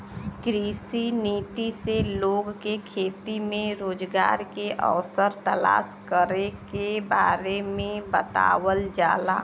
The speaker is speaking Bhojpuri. कृषि नीति से लोग के खेती में रोजगार के अवसर तलाश करे के बारे में बतावल जाला